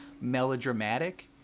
melodramatic